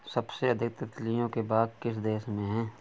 सबसे अधिक तितलियों के बाग किस देश में हैं?